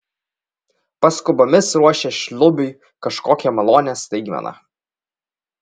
paskubomis ruošė šlubiui kažkokią malonią staigmeną